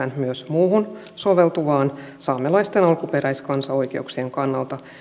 myös muuhun soveltuvaan saamelaisten alkuperäiskansaoikeuksien kannalta